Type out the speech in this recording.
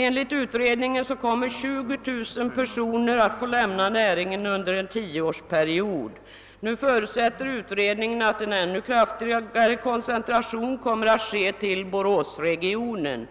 Enligt utredningen kommer 20 000 personer att få lämna näringen under en tioårsperiod. Nu förutsätter utredningen att en ännu kraftigare koncentration kommer att ske till Boråsregionen.